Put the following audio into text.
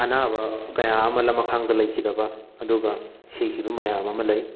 ꯑꯅꯥꯕ ꯀꯌꯥ ꯑꯃ ꯂꯃꯈꯥꯡꯗ ꯂꯩꯈꯤꯗꯕ ꯑꯗꯨꯒ ꯁꯤꯈꯤꯕ ꯃꯌꯥꯝ ꯑꯃ ꯂꯩ